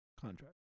contract